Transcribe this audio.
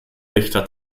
dichter